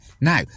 now